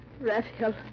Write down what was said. Raphael